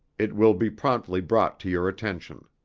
it will be promptly brought to your attention.